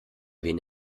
wen